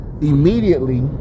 immediately